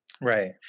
Right